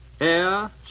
air